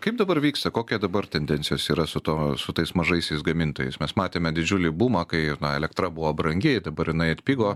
kaip dabar vyksta kokia dabar tendencijos yra su tuo su tais mažaisiais gamintojais mes matėme didžiulį bumą kai ir na elektra buvo brangi dabar jinai atpigo